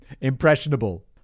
impressionable